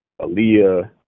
Aaliyah